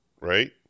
right